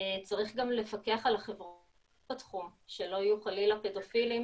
צריך גם לפקח על החברות בתחום שלא יהיו חלילה פדופילים